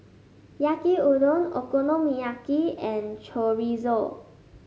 Yaki Udon Okonomiyaki and Chorizo